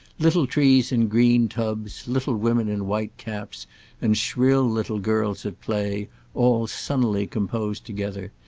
little trees in green tubs, little women in white caps and shrill little girls at play all sunnily composed together,